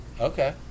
Okay